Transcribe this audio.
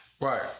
Right